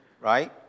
right